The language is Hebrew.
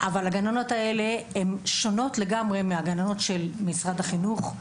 הגננות האלה שונות לגמרי מהגננות של משרד החינוך,